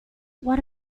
what